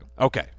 Okay